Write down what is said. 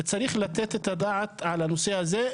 צריך לתת את הדעת על הנושא הזה,